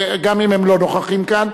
גם אם הם לא נוכחים כאן,